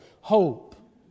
hope